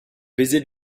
baiser